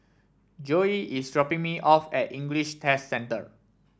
Joey is dropping me off at English Test Centre